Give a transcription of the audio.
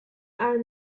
are